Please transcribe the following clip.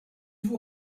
joue